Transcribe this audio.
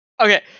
Okay